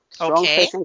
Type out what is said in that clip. Okay